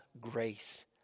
grace